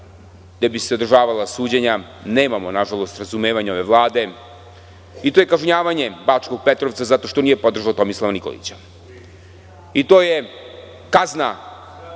gde bi se održavala suđenja, nažalost nemamo razumevanje ove Vlade i to je kažnjavanje Bačkog Petrovca zato što nije podržao Tomislava Nikolića. To je kazna